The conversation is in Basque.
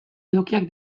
edukiak